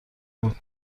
بود